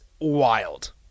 wild